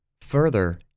Further